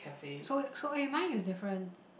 so so eh mine is different